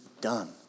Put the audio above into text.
done